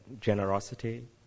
generosity